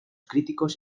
críticos